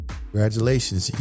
congratulations